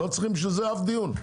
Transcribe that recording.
לא צריכים בשביל זה אף דיון,